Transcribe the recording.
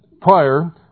prior